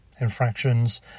infractions